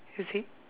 you see